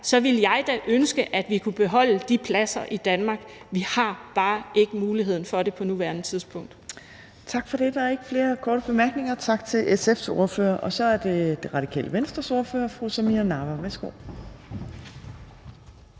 ville jeg da ønske, at vi kunne beholde de pladser i Danmark. Vi har bare ikke muligheden for det på nuværende tidspunkt. Kl. 12:28 Tredje næstformand (Trine Torp): Tak for det. Der er ikke flere korte bemærkninger. Tak til SF's ordfører. Så er det Radikale Venstres ordfører, fru Samira Nawa. Værsgo.